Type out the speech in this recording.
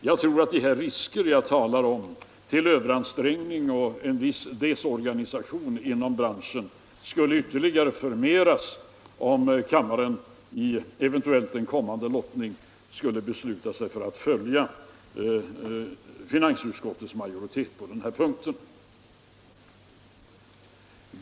Jag tror att de risker jag talar om för överansträngning och en viss desorganisation inom branschen skulle ytterligare förvärras om kammaren, eventuellt i en kommande lottning, skulle besluta sig för att följa finansutskottets majoritet på den här punkten.